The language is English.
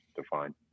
defined